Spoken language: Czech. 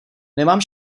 nemám